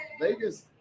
Vegas